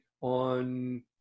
on